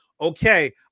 okay